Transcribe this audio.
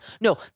No